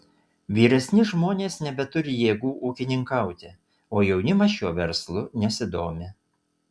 vyresni žmonės nebeturi jėgų ūkininkauti o jaunimas šiuo verslu nesidomi